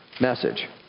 message